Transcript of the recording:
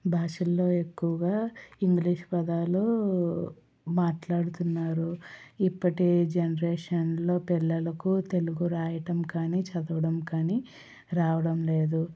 భాషల్లో ఎక్కువగా ఇంగ్లీష్ పదాలు మాట్లాడుతున్నారు ఇప్పటి జనరేషన్లో పిల్లలకు తెలుగు రాయటం కానీ చదవడం కానీ రావడం లేదు